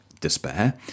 despair